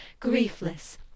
Griefless